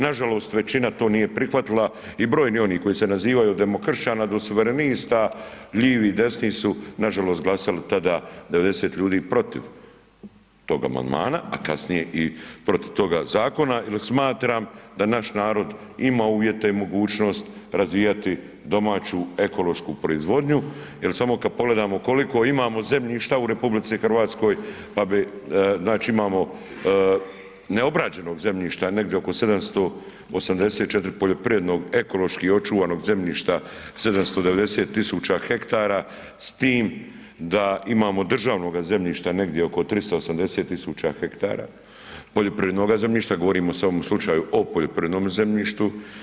Nažalost većina to nije prihvatila i brojni oni koji se nazivaju od demokršćana do suverenista, livi, desni su nažalost glasali tada 90 ljudi protiv tog amandmana, a kasnije i protiv toga zakona jer smatram da naš narod ima uvjete i mogućnost razvijati domaću ekološku proizvodnju jer samo kad pogledamo koliko imamo zemljišta u RH, pa bi znači imamo neograđenog zemljišta negdje oko 784 poljoprivrednog ekološki očuvanog zemljišta 790.000 hektara s tim da imamo državnog zemljišta negdje oko 380.000 hektara poljoprivrednoga zemljišta, govorim sad u ovom slučaju o poljoprivrednom zemljištu.